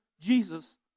Jesus